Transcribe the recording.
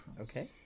Okay